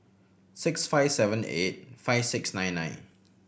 six five seven eight five six nine nine